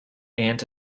aunt